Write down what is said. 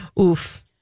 Oof